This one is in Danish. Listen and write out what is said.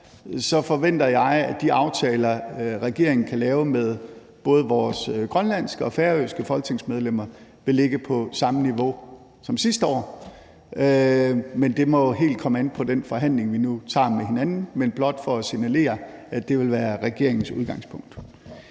år, forventer jeg, at de aftaler, regeringen kan lave med både vores grønlandske og vores færøske folketingsmedlemmer, vil ligge på samme niveau som sidste år. Men det må helt komme an på den forhandling, vi nu tager med hinanden. Men det er blot for at signalere, at det vil være regeringens udgangspunkt.